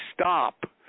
stop